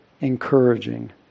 encouraging